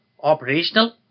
operational